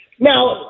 Now